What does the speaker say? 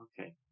Okay